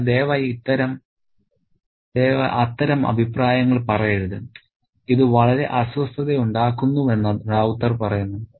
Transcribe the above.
കൂടാതെ ദയവായി അത്തരം അഭിപ്രായങ്ങൾ പറയരുത് ഇത് വളരെ അസ്വസ്ഥതയുണ്ടാക്കുന്നുവെന്ന് റൌത്തർ പറയുന്നു